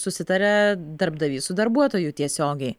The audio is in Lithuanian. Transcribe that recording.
susitaria darbdavys su darbuotoju tiesiogiai